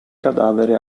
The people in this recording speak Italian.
cadavere